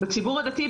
בציבור הדתי,